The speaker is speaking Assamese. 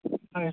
হয় হয়